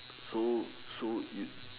so so you